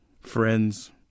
friends